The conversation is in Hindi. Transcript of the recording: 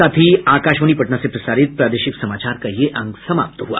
इसके साथ ही आकाशवाणी पटना से प्रसारित प्रादेशिक समाचार का ये अंक समाप्त हुआ